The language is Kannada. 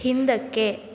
ಹಿಂದಕ್ಕೆ